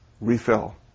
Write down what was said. refill